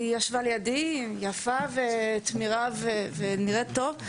היא ישבה לידי יפה ותמירה ונראית טוב.